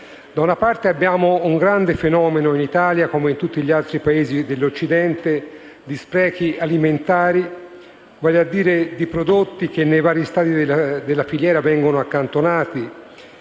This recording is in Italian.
Da una parte, abbiamo un grande fenomeno in Italia, come in tutti gli altri Paesi dell'Occidente, di sprechi alimentari, vale a dire di prodotti che ai vari stadi della filiera vengono accantonati,